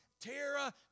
Tara